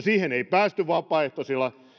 siihen ei päästy vapaaehtoisilla